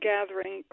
Gathering